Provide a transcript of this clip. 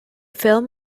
film